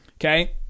okay